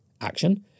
action